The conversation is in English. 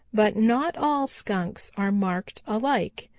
but not all skunks are marked alike.